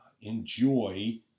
enjoy